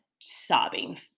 sobbing